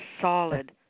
solid